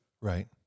Right